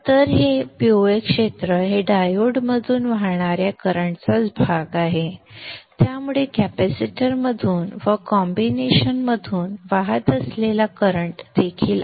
तर पिवळे क्षेत्र हे डायोडमधून वाहणाऱ्या करंट चा भाग आहेत त्यामुळे कॅपेसिटरमधून वा कॉम्बिनेशन तून वाहत असलेला करंट देखील आहे